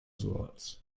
slots